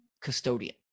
custodian